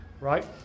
right